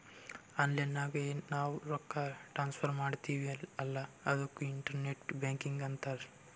online ನಾಗ್ ಎನ್ ನಾವ್ ರೊಕ್ಕಾ ಟ್ರಾನ್ಸಫರ್ ಮಾಡ್ತಿವಿ ಅಲ್ಲಾ ಅದುಕ್ಕೆ ಇಂಟರ್ನೆಟ್ ಬ್ಯಾಂಕಿಂಗ್ ಅಂತಾರ್